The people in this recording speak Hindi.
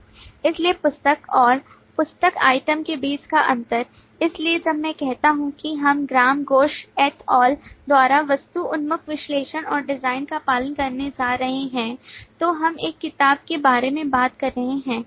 इसलिए पुस्तक और पुस्तक आइटम के बीच का अंतर है इसलिए जब मैं कहता हूं कि हम Graham Gooch at all द्वारा वस्तु उन्मुख विश्लेषण और डिजाइन का पालन करने जा रहे हैं तो हम एक किताब के बारे में बात कर रहे हैं